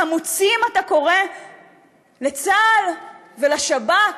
חמוצים אתה קורא לצה"ל ולשב"כ,